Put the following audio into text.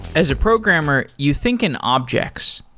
as a programmer, you think an object.